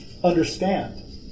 Understand